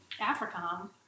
AFRICOM